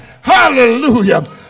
hallelujah